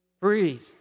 breathe